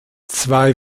zwei